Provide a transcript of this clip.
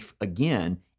again